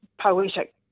poetic